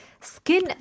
Skin